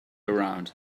around